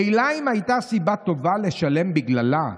מילא אם הייתה סיבה טובה לשלם בגללה,